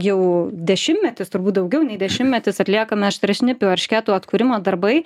jau dešimtmetis turbūt daugiau nei dešimtmetis atliekami aštriašnipių eršketų atkūrimo darbai